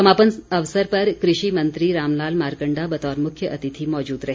समापन अवसर पर कृषि मंत्री रामलाल मारकंडा बतौर मुख्य अतिथि मौजूद रहे